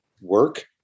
work